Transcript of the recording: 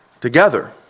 together